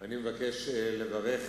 אני מבקש לברך